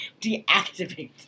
Deactivate